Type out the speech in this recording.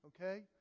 okay